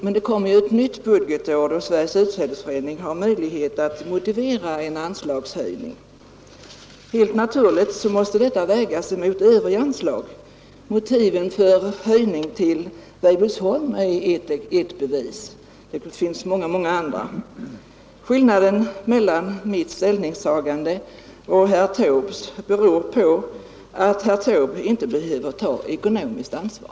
Men det kommer ju ett nytt budgetår, då Sveriges utsädesförening har möjlighet att motivera en anslagshöjning. Helt naturligt måste detta vägas mot övriga anslag. Motiven för höjning till Weibullsholm är ett bevis härvidlag, och det finns många, många andra. Skillnaden mellan mitt ställningstagande och herr Taubes beror på att herr Taube inte behöver ta ekonomiskt ansvar.